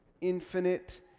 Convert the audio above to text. infinite